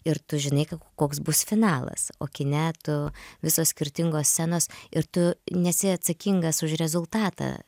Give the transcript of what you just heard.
ir tu žinai koks bus finalas o kine tu visos skirtingos scenos ir tu nesi atsakingas už rezultatą